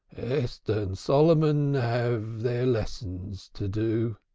esther and solomon have their lessons to do.